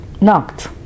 knocked